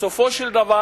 בסופו של דבר,